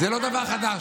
זה לא דבר חדש.